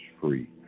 free